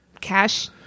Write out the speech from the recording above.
cash